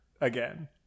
again